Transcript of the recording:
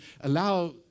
allow